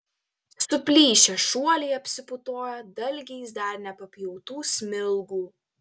suplyšę šuoliai apsiputoja dalgiais dar nepapjautų smilgų